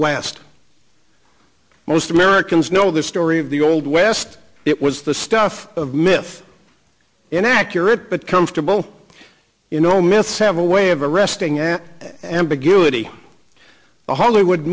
last most americans know the story of the old west it was the stuff of myth and accurate but comfortable you know myths have a way of arresting at ambiguity a hollywood